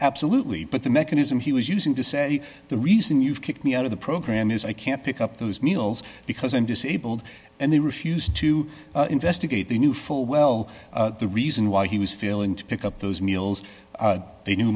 absolutely but the mechanism he was using to say the reason you've kicked me out of the program is i can't pick up those meals because i'm disabled and they refused to investigate they knew full well the reason why he was failing to pick up those meals they knew